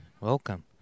Welcome